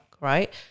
right